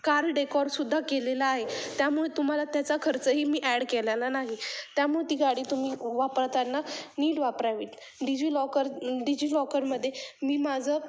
car डेकॉरसुद्धा केलेला आहे त्यामुळे तुम्हाला त्याचा खर्चही मी ॲड केलेला नाही त्यामुळे ती गाडी तुम्ही वापरताना नीट वापरावीत डिजिलॉकर डिजिलॉकरमध्ये मी माझं